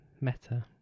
Meta